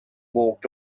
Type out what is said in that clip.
walked